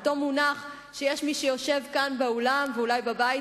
אותו מונח שיש מי שיושב כאן באולם ואולי בבית